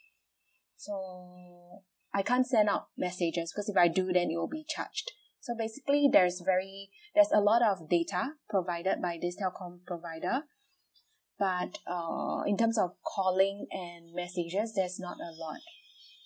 so I can't send out messages because if I do then it will be charged so basically there is very there's a lot of data provided by this telco provider but err in terms of calling and messages there's not a lot